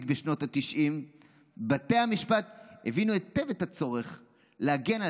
בשנות התשעים בתי המשפט הבינו היטב את הצורך להגן על